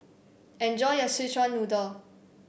enjoy your Szechuan Noodle